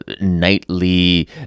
nightly